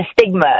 stigma